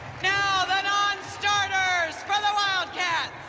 now the nonstarters for the wildcats